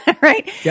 right